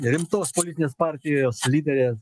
rimtos politinės partijos lyderė